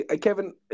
Kevin